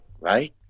right